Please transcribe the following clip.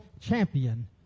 champion